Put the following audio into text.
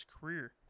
career